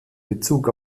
bezug